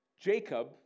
Jacob